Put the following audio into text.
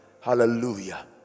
Hallelujah